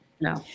No